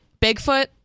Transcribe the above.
Bigfoot